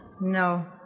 No